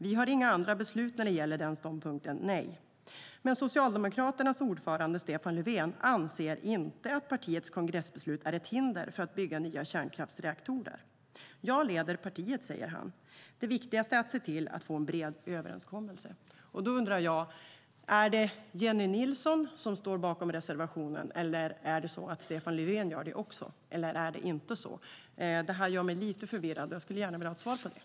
Vi har inga andra beslut när det gäller den ståndpunkten, nej. Men socialdemokraternas ordförande, Stefan Löfven, anser alltså inte att partiets kongressbeslut är ett hinder för att bygga nya kärnreaktorer. -- Jag leder partiet . det viktigaste nu är att se till att få en bred överenskommelse." Då undrar jag: Är det Jennie Nilsson som står bakom reservationen? Gör Stefan Löfven det också, eller är det inte så? Det här gör mig lite förvirrad, och jag skulle gärna vilja ha ett svar.